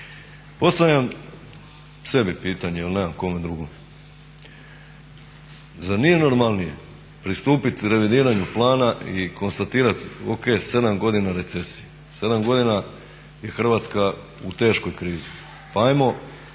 Postavljam sebi pitanje jer nemam kome drugom. Zar nije normalnije pristupit revidiranju plana i konstatirati ok, 7 godina recesije, 7 godina je Hrvatska u teškoj krizi. Pa ajmo